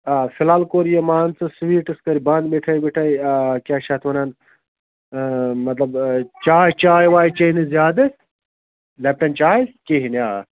آ فلحال کوٚر یہِ مان ژٕ سُویٖٹٕس کٔرۍ بنٛد مِٹھٲے وِٹھٲے آ کیٛاہ چھِ اَتھ وَنان مطلب چاے چاے واے چیٚے نہٕ زیادٕ لیپٹَن چاے کِہیٖنٛۍ آ